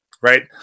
Right